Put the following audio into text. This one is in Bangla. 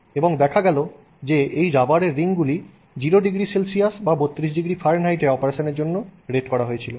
এবং দেখা গেল যে এই রাবারের রিংগুলি 0º সেলসিয়াস বা 32º ফারেনহাইটে অপারেশনের জন্য রেট করা হয়েছিল